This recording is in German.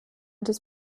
des